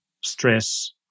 stress